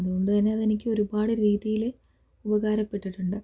അതുകൊണ്ട് തന്നെ അത് എനിക്ക് ഒരുപാട് രീതിയിൽ ഉപകാരപ്പെട്ടിട്ടുണ്ട്